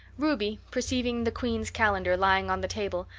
ruby, perceiving the queen's calendar lying on the table,